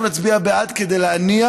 אנחנו נצביע בעד כדי להניע